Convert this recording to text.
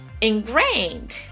ingrained